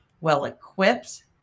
well-equipped